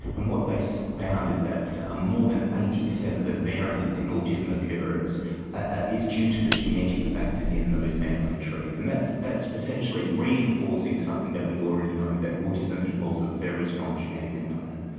and what they so found is that ah more than eighty percent of the variance in autism occurrence ah is due to the genetic factors in those family trees, and that's that's essentially reinforcing something that we already know, that autism involves a very strong genetic component.